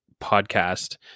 podcast